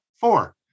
Four